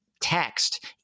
text